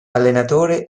allenatore